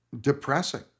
depressing